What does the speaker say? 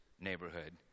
neighborhood